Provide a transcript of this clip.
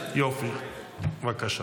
בבקשה.